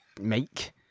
make